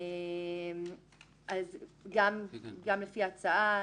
לפי ההצעה,